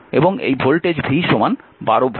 এবং এই voltage v 12 volt